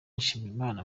nshimiyimana